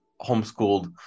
homeschooled